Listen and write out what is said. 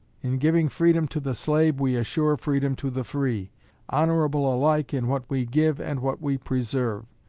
in giving freedom to the slave we assure freedom to the free honorable alike in what we give and what we preserve.